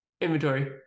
Inventory